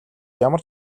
ямар